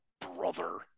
brother